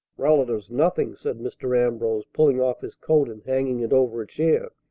relatives nothing! said mr. ambrose, pulling off his coat and hanging it over a chair.